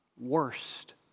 worst